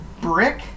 Brick